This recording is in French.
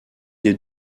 des